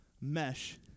mesh